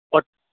और